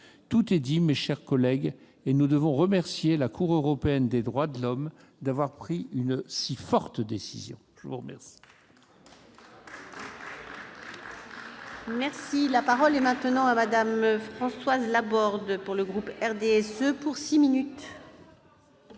Tout est dit, mes chers collègues, et nous devons remercier la Cour européenne des droits de l'homme d'avoir pris une si forte décision. La parole